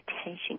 attention